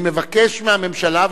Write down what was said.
אני מבקש מהממשלה,